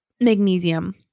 magnesium